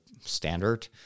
standard